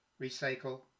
recycle